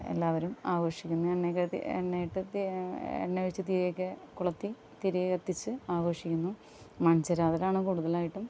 എല്ലാവരും ആഘോഷിക്കുന്നത് എണ്ണ എണ്ണ ഒഴിച്ച് തീ ഒക്കെ കൊളുത്തി തിരി കത്തിച്ച് ആഘോഷിക്കുന്നു മൺചിരാതിലാണ് കൂടുതലായിട്ടും